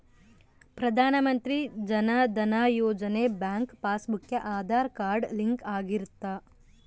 ಪ್ರಧಾನ ಮಂತ್ರಿ ಜನ ಧನ ಯೋಜನೆ ಬ್ಯಾಂಕ್ ಪಾಸ್ ಬುಕ್ ಗೆ ಆದಾರ್ ಕಾರ್ಡ್ ಲಿಂಕ್ ಆಗಿರುತ್ತ